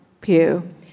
pew